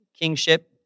kingship